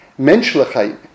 menschlichkeit